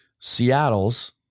Seattle's